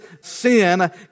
sin